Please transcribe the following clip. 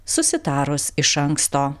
susitarus iš anksto